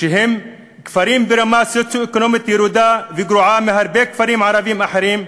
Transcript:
שהם כפרים ברמה סוציו-אקונומית ירודה וגרועה מהרבה כפרים ערביים אחרים,